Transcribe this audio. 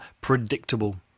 predictable